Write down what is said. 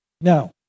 Now